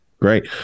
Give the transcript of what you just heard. Great